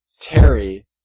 Terry